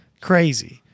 Crazy